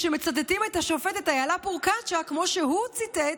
שכשמצטטים את השופטת אילה פרוקצ'יה כמו שהוא ציטט,